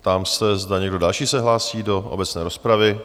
Ptám se, zda někdo další se hlásí do obecné rozpravy?